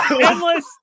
endless